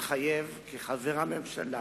מתחייב כחבר הממשלה